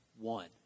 one